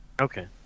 Okay